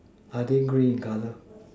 are they grey in colour